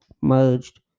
merged